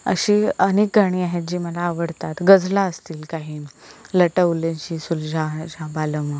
अशी अनेक गाणी आहेत जे मला आवडतात गजला असतील काही लट उलझी सुलझाह जा बालमा